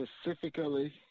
specifically